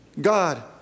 God